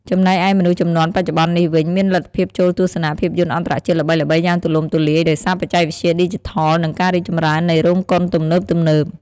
ចំណែកឯមនុស្សជំនាន់បច្ចុប្បន្ននេះវិញ មានលទ្ធភាពចូលទស្សនាភាពយន្តអន្តរជាតិល្បីៗយ៉ាងទូលំទូលាយ ដោយសារបច្ចេកវិទ្យាឌីជីថល និងការរីកចម្រើននៃរោងកុនទំនើបៗ។